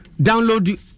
Download